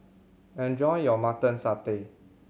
enjoy your Mutton Satay